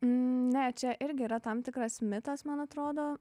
ne čia irgi yra tam tikras mitas man atrodo